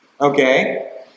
okay